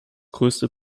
größte